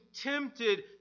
tempted